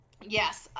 Yes